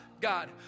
God